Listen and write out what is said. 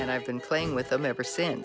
and i've been playing with them ever since